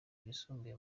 rwisumbuye